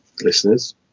listeners